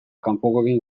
kanpokoekin